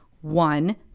one